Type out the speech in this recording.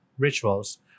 rituals